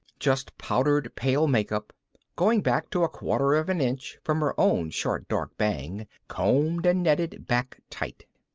just powdered pale makeup going back to a quarter of an inch from her own short dark bang combed and netted back tight.